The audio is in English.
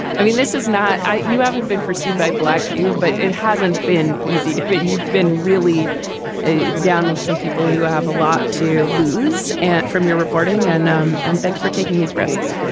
i mean, this is not you haven't been pursued by black you, but it hasn't been easy and but and you've been really a download. some people who have a lot to lose. and from your reporting and um and thanks for taking these risks.